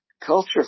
Culture